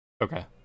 Okay